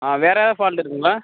ஆ வேறு எதாவது ஃபால்டை இருக்குங்களா